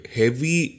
heavy